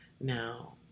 Now